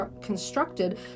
constructed